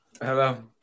hello